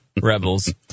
rebels